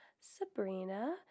Sabrina